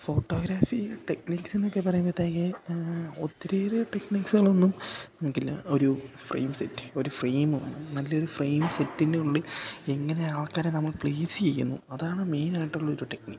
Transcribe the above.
photography techniques എന്നൊക്കെ പറയുമ്പോഴത്തേക്ക് ഒത്തിരിയേറെ ടെക്നിക്സുകളൊന്നും നോക്കില്ല ഒരു ഫ്രെയിം സെറ്റ് ഒരു ഫ്രെയിം നല്ലൊരു ഫ്രെയിം സെറ്റിൻ്റെ ഉള്ളില് എങ്ങനെ ആൾക്കാരെ നമ്മൾ പ്ലേസേയ്യുന്നു അതാണ് മെയിനായിട്ടുള്ളൊരു ടെക്നിക്ക്